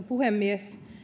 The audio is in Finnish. puhemies